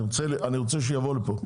אני רוצה שהוא יבוא לפה.